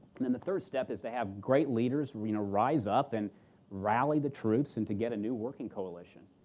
then the third step is to have great leaders you know rise up and rally the troops and to get a new working coalition.